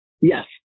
Yes